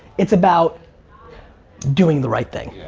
it's about doing the right thing.